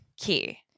key